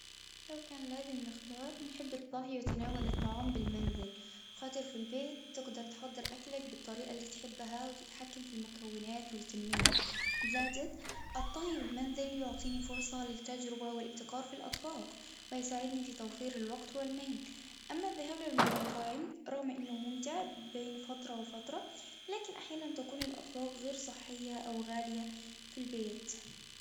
لو كان لازم نختار نحب الطهي وتناول الطعام بالمنزل، خاطر في البيت تقدر تحضر أكلك بالطريقة اللي تحبها وتتحكم في المكونات والكمية، زادة الطهي بالمنزل يعطيني فرصة للتجربة والابتكار في الأطباق، ويساعدني في توفير الوقت والمال، أما الذهاب للمطاعم رغم إنه ممتع بين فترة وفترة، لكن أحيانًا تكون الأطباق غير صحية أو غالية في البيت.